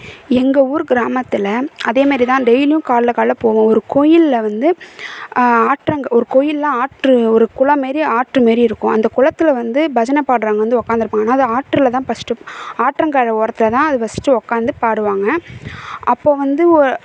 எங்கள் ஊர் கிராமத்தில் அதே மாதிரி தான் டெய்லியும் காலைல காலைல போவோம் ஒரு கோயிலில் வந்து ஆற்றங்க ஒரு கோயிலில் ஆற்று ஒரு குளம் மாரி ஆற்று மாரி இருக்கும் அந்த குளத்தில் வந்து பஜனை பாடுறவங்க வந்து உக்காந்துருப்பாங்க ஆனால் அது ஆற்றில் தான் பர்ஸ்ட்டு ஆற்றங்கரை ஓரத்தில் தான் அது பர்ஸ்ட்டு உக்காந்து பாடுவாங்க அப்போ வந்து ஒரு